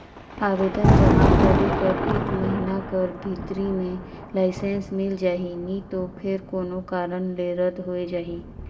आवेदन जमा करे कर एक महिना कर भीतरी में लाइसेंस मिल जाही नी तो फेर कोनो कारन ले रद होए जाही